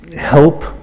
help